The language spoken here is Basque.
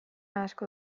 asko